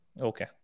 Okay